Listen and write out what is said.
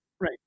Right